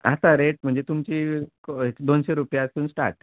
आसा रेट म्हणजे तुमची क दोनशे रुपयासून स्टाट